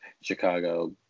Chicago